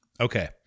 Okay